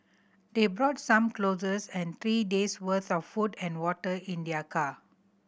they brought some clothes and three days' worth of food and water in their car